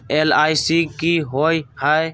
LIC की होअ हई?